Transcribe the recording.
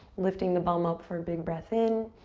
lifting the bum up for a big breath in.